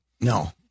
No